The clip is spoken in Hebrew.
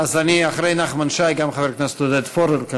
אז אחרי נחמן שי גם חבר הכנסת עודד פורר.